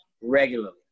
regularly